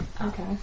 Okay